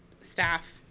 staff